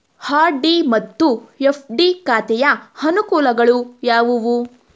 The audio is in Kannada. ಆರ್.ಡಿ ಮತ್ತು ಎಫ್.ಡಿ ಖಾತೆಯ ಅನುಕೂಲಗಳು ಯಾವುವು?